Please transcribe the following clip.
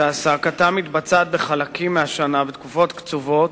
העסקתם מתבצעת בחלקים מהשנה, בתקופות קצובות,